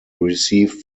received